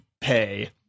pay